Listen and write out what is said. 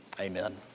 Amen